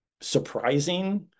surprising